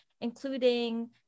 including